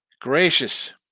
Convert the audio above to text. Gracious